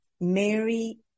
Mary